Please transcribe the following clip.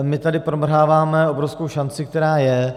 My tady promrháváme obrovskou šanci, která je.